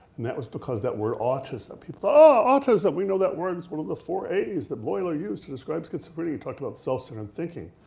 and that was because that word autism, people are, ah, autism, we know that word. it's one of the four a's that bleuler used to describe schizophrenia. he talked about self-centered thinking.